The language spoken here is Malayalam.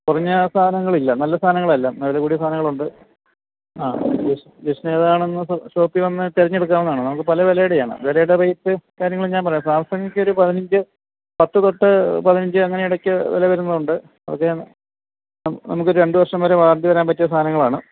കുറഞ്ഞ സാധനങ്ങൾ ഇല്ല നല്ല സാധനങ്ങൾ എല്ലാം വില കൂടിയ സാധനങ്ങളുണ്ട് ആ ജെസ്റ്റിൻ ഏതാണെന്ന് ഷോപ്പിൽ വന്ന് തിരഞ്ഞെടുക്കാവുന്നതാണ് നമുക്ക് പല വിലയുടെയാണ് വിലയുടെ റേറ്റ് കാര്യങ്ങൾ ഞാൻ പറയാം സാംസങ്ങിൻ്റെ ഒരു പതിനഞ്ച് പത്ത് പത്ത് പതിനഞ്ച് അങ്ങനെ ഇടക്ക് വില വരുന്നുണ്ട് നമുക്ക് നമുക്ക് ഒരു രണ്ട് വർഷം വരെ വാറൻറ്റി തരാൻ പറ്റിയ സാധനങ്ങളാണ്